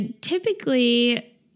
typically